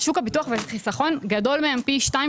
שוק הביטוח והחיסכון גדול מהם פי 2,